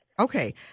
Okay